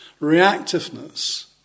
reactiveness